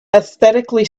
aesthetically